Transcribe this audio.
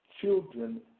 Children